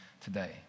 today